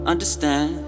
Understand